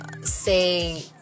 say